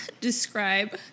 describe